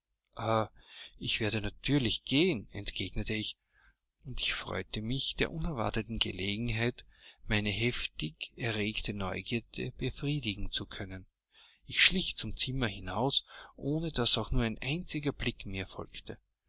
ich werde natürlich gehen entgegnete ich und ich freute mich der unerwarteten gelegenheit meine heftig erregte neugierde befriedigen zu können ich schlich zum zimmer hinaus ohne daß auch nur ein einziger blick mir folgte